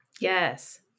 Yes